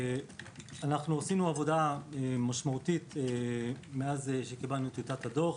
עשינו עבודה משמעותית מאז שקיבלנו את טיוטת הדוח,